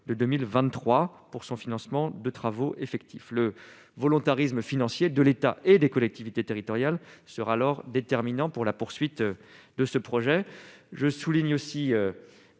de 2023 pour son financement de travaux effectifs le volontarisme financier de l'État et des collectivités territoriales serait alors déterminant pour la poursuite de ce projet, je souligne aussi